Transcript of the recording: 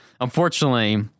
unfortunately